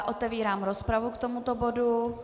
Otevírám rozpravu k tomuto bodu.